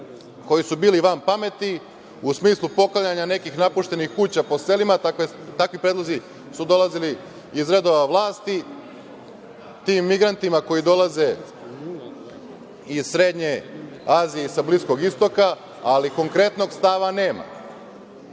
koji su bili van pameti, u smislu poklanjanja nekih napuštenih kuća po selima, takvi predlozi su dolazili iz redova vlasti, tim migrantima koji dolaze iz Srednje Azije i sa Bliskog Istoka, ali konkretnog stava